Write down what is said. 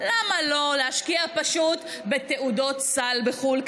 למה לא להשקיע פשוט בתעודות סל בחו"ל,